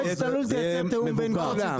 מועצת הלול תרצה תיאום בין כולם.